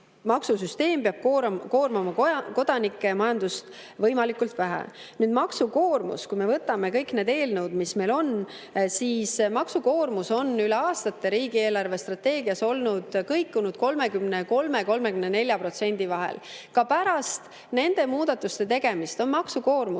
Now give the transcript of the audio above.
Maksusüsteem peab koormama kodanikke ja majandust võimalikult vähe. Nüüd maksukoormus. Kui me võtame kõik need eelnõud, mis meil on, siis maksukoormus on üle aastate riigi eelarvestrateegias kõikunud 33–34% vahel. Ka pärast nende muudatuste tegemist on maksukoormus